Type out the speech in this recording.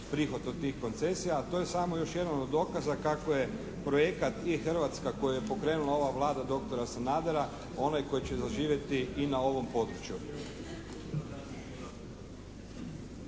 prihod od tih koncesija a to je samo još jedan od dokaza kako je projekat i Hrvatska koji je pokrenula ova Vlada doktora Sanadera onaj koji će zaživjeti i na ovom području.